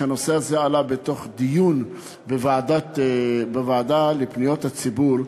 כשהנושא הזה עלה בדיון בוועדה לפניות הציבור,